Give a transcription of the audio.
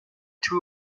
two